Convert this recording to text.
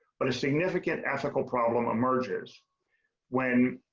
but a significant ethical problem emerges when